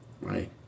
right